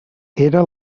era